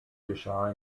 geschah